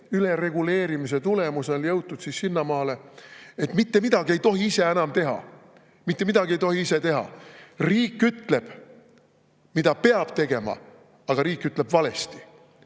ülereguleerimise tulemusel jõutud sinnamaale, et mitte midagi ei tohi enam ise teha. Mitte midagi ei tohi ise teha! Riik ütleb, mida peab tegema, aga riik ütleb valesti.